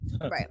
Right